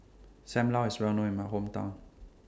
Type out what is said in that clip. SAM Lau IS Well known in My Hometown